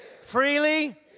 freely